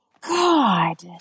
God